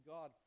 God